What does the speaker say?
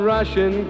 Russian